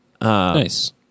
Nice